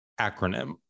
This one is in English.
acronym